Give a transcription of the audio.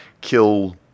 kill